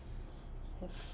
have